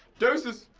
deuces,